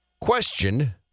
Question